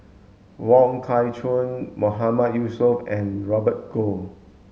Wong Kah Chun Mahmood Yusof and Robert Goh